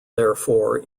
therefore